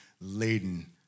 laden